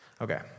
Okay